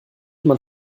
man